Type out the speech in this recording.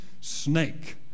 snake